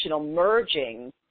merging